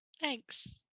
Thanks